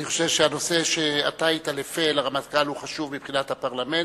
אני חושב שהנושא שאתה היית לפה לרמטכ"ל הוא חשוב מבחינת הפרלמנט,